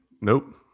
nope